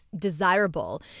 desirable